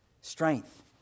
strength